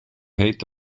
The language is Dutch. heet